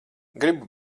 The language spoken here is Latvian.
gribu